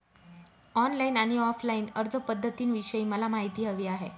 online आणि offline अर्जपध्दतींविषयी मला माहिती हवी आहे